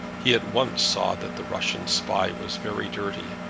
he at once saw that the russian spy was very dirty,